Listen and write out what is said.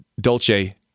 Dolce